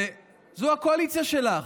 זו הקואליציה שלך.